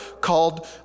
called